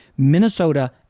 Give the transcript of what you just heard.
Minnesota